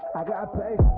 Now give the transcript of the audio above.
i got paid